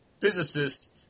Physicist